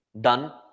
Done